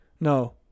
No